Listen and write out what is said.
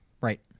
Right